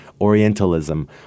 Orientalism